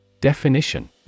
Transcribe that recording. Definition